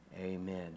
Amen